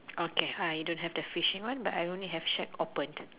okay I don't have the fishing one that I only have that shack opened